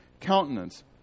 countenance